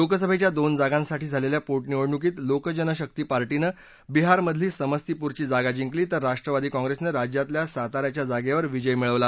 लोकसभेच्या दोन जागांसाठी झालेल्या पोटनिवडणुकीत लोकजन शकी पार्टीने बिहार मधली समस्तीपूरची जागा जिंकली तर राष्ट्रवादी काँग्रेसनं राज्यातल्या साताऱ्याच्या जागेवर विजय प्राप्त केला